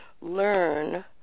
learn